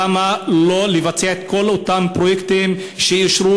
למה לא לבצע את כל אותם פרויקטים שאושרו,